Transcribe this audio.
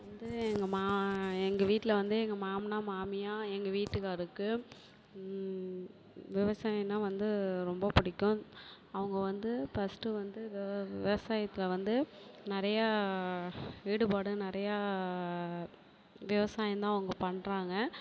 வந்து எங்கள் மா எங்கள் வீட்டில் வந்து எங்கள் மாம்னார் மாமியார் எங்கள் வீட்டுக்காரருக்கு விவசாயம்னா வந்து ரொம்ப பிடிக்கும் அவங்க வந்து ஃபஸ்ட்டு வந்து வெவ விவசாயத்துல வந்து நிறையா ஈடுபாடு நிறையா விவசாயம் தான் அவங்க பண்ணுறாங்க